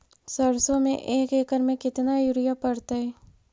सरसों में एक एकड़ मे केतना युरिया पड़तै?